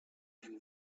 even